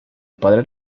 padre